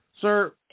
sir